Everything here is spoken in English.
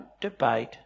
debate